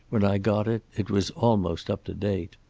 when i got it it was almost up to date.